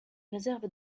réserves